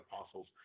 apostles